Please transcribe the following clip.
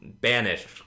banish